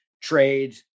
trade